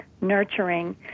Nurturing